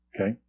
Okay